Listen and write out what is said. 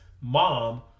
mom